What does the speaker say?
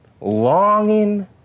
longing